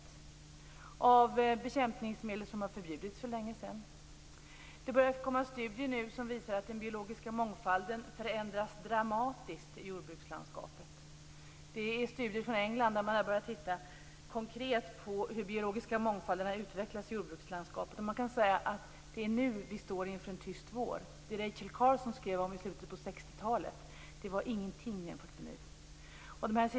De består av bekämpningsmedel som har förbjudits för länge sedan. Det kommer studier som visar att den biologiska mångfalden förändras dramatiskt i jordbrukslandskapet. Man har gjort studier i England där man konkret har tittat på hur den biologiska mångfalden har utvecklats. Det är nu som vi står inför en tyst vår. Det som Rachel Carson skrev som i slutet av 60-talet var ingenting jämfört med hur det är nu.